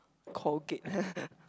Colgate